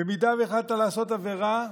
במידה שהחלטת לעשות עבירה,